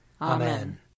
Amen